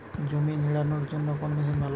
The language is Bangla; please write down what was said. জমি নিড়ানোর জন্য কোন মেশিন ভালো?